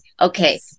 okay